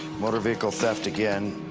motor vehicle theft again,